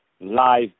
live